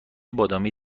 بادامی